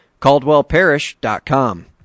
CaldwellParish.com